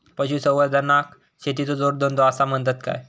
पशुसंवर्धनाक शेतीचो जोडधंदो आसा म्हणतत काय?